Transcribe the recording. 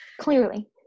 Clearly